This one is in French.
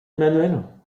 emmanuelle